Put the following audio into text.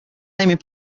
naming